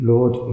Lord